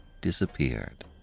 disappeared